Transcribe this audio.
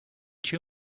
too